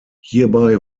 hierbei